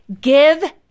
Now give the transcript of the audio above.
give